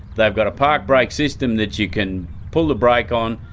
they've got a park brake system that you can pull the brake on,